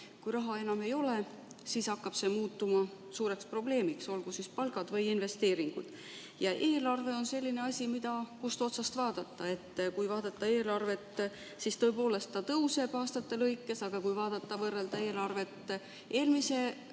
Kui raha enam ei ole, siis hakkab see muutuma suureks probleemiks, olgu jutuks siis palgad või investeeringud. Eelarve on selline asi, [et oleneb,] kust otsast vaadata. Kui vaadata eelarvet, siis tõepoolest ta tõuseb aastate lõikes, aga kui võrrelda eelarvet eelmise